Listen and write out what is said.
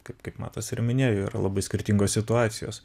kaip kaip matas ir minėjo yra labai skirtingos situacijos